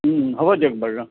হ'ব দিয়ক বাৰু অঁ